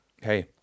hey